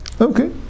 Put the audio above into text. Okay